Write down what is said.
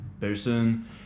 person